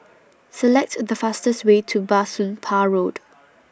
Select The fastest Way to Bah Soon Pah Road